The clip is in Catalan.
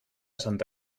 santa